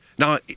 Now